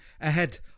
ahead